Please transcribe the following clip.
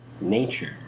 nature